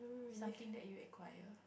something that you acquire